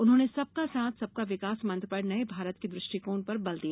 उन्होंने सबका साथ सबका विकास मंत्र पर नये भारत के दृष्टिकोण पर बल दिया